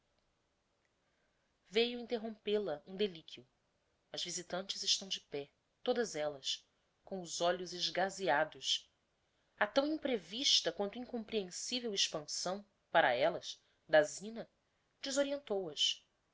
veiu interrompêl a um deliquio as visitantes estão de pé todas ellas com os olhos esgazeados a tão imprevista quanto incomprehensivel expansão para ellas da zina desorientou as o